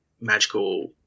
magical